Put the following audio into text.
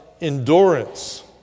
endurance